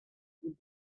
with